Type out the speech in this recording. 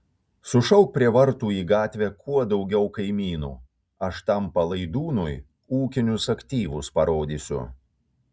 sušauk prie vartų į gatvę kuo daugiau kaimynų aš tam palaidūnui ūkinius aktyvus parodysiu